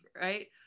right